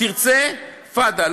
תרצה, תפדל.